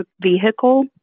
vehicle